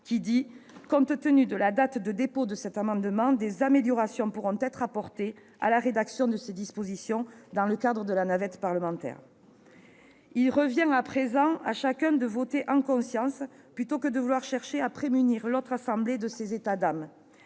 n° 248, « compte tenu de la date de dépôt de cet amendement, des améliorations pourront être apportées à la rédaction de ces dispositions dans le cadre de la navette parlementaire ». Il revient à présent à chacun d'entre nous de voter en conscience, plutôt que de vouloir chercher à prémunir l'autre assemblée contre ses états d'âme.